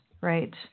right